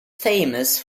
famous